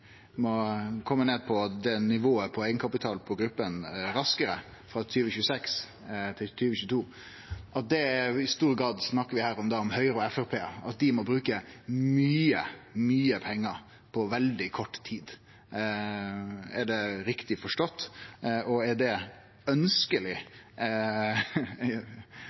nivået raskare – frå 2026 til 2022. Her snakkar vi i stor grad om Høgre og Framstegspartiet og at dei må bruke mykje pengar på veldig kort tid. Er det riktig forstått, og er det